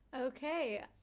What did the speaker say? Okay